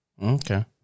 Okay